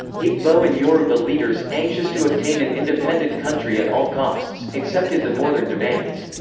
igbo and yoruba leaders, anxious to obtain an independent country at all costs, accepted the northern demands.